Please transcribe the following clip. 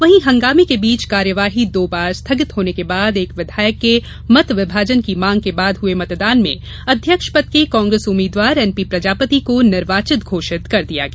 वहीं हंगामे के बीच कार्यवाही दो बार स्थगित होने के बाद एक विधायक के मत विभाजन की मांग के बाद हुए मतदान में अध्यक्ष पद के कांग्रेस उम्मीदवार एन पी प्रजापति को निर्वाचित घोषित कर दिया गया